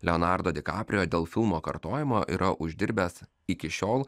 leonardo di caprio dėl filmo kartojimo yra uždirbęs iki šiol